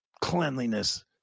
cleanliness